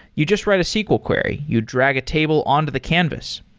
you just write a sql query. you drag a table on to the canvas.